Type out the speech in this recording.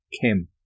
Kim